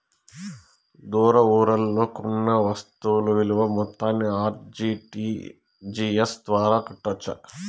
దూర ఊర్లలో కొన్న వస్తు విలువ మొత్తాన్ని ఆర్.టి.జి.ఎస్ ద్వారా కట్టొచ్చా?